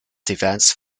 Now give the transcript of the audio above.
defense